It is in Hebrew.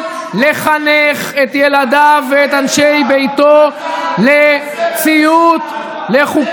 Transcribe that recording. אתה תתבייש לך.